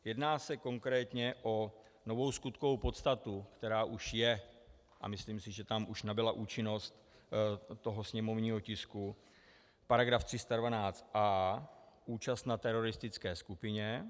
Jedná se konkrétně o novou skutkovou podstatu, která už je, a myslím si, že tam už nabyla účinnost toho sněmovního tisku, § 312a účast na teroristické skupině.